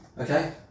Okay